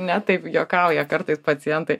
ne taip juokauja kartais pacientai